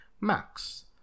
Max